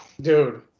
Dude